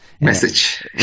message